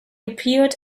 appeared